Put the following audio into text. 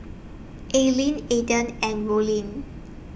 Aylin Eden and Rollin